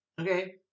Okay